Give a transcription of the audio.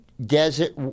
Desert